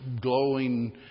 glowing